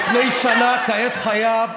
לפני שנה, כעת חיה,